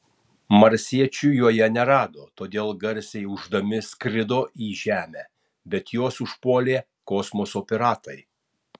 marsiečių joje nerado todėl garsiai ūždami skrido į žemę bet juos užpuolė kosmoso piratai